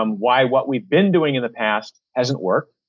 um why what we've been doing in the past hasn't worked.